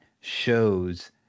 shows